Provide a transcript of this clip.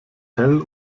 hell